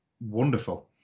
wonderful